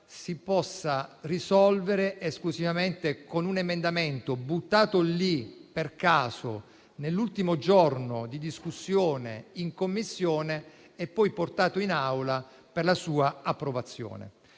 si potesse risolvere esclusivamente con un emendamento buttato lì per caso nell'ultimo giorno di discussione in Commissione e poi portato in Aula per la sua approvazione.